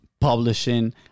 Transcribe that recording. publishing